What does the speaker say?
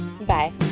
Bye